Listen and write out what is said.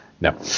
No